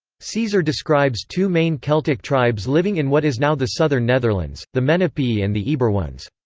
caesar describes two main celtic tribes living in what is now the southern netherlands the menapii and the eburones.